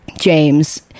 James